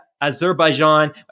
Azerbaijan